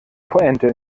pointe